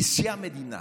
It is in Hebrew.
נשיא המדינה,